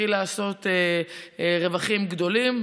לכיל לעשות רווחים גדולים,